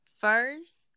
first